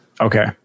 Okay